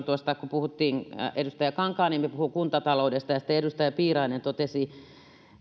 tuosta kun edustaja kankaanniemi puhui kuntataloudesta ja sitten edustaja piirainen totesi